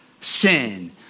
sin